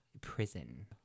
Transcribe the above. prison